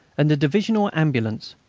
and a divisional ambulance.